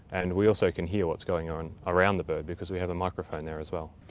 and we also can hear what's going on around the bird because we have a microphone there as well.